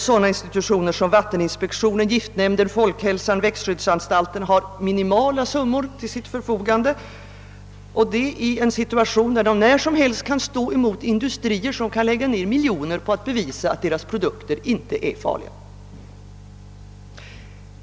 Sådana institutioner som vatteninspektionen, giftnämnden, folkhälsan, växtskyddsanstalten har minimala summor till sitt förfogande, och detta i en situation när de när som helst kan komma att stå emot industrier som kan lägga ut miljoner på att bevisa att deras produkter inte är far liga.